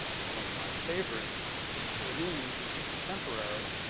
one my favorites beruni, who was a contemporary.